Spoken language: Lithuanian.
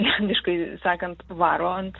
techniškai sakant varo ant